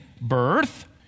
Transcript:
birth